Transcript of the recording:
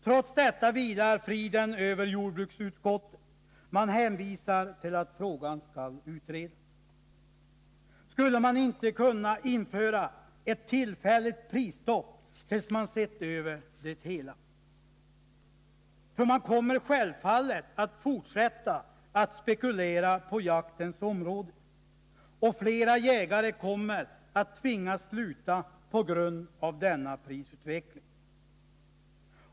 Trots detta vilar friden över jordbruksutskottet, som hänvisar till att frågan skall utredas. Skulle man inte kunna införa ett tillfälligt prisstopp tills man sett över det hela? För det kommer självfallet att fortsätta att spekuleras på jaktens område, och flera jägare kommer att tvingas sluta på grund av denna prisutveckling.